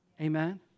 Amen